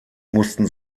mussten